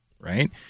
right